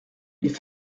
les